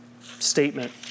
statement